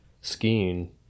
skiing